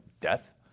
death